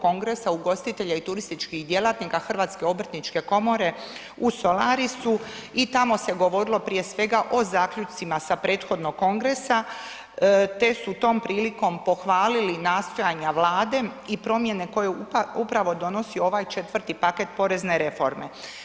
Kongresa ugostitelja i turističkih djelatnika HOK-a u Solarisu i tamo se govorilo prije svega o zaključcima sa prethodnog kongresa te su tom prilikom pohvalili nastojanja Vlade i promjene koje upravo donosi ovaj 4.-ti paket porezne reforme.